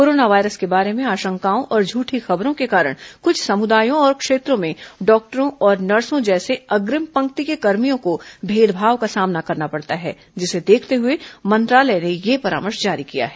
corona virus के बारे में आशंकाओं और झूठी खबरों के कारण कुछ समुदायों और क्षेत्रों में डॉक्टरों और नर्सों जैसे अग्रिम पंक्ति के कर्मियों को भेदभाव का सामना करना पड़ता है जिसे देखते हुए मंत्रालय ने यह परामर्श जारी किया है